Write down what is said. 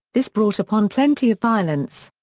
this brought upon plenty of violence.